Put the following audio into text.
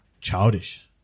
childish